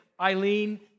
Eileen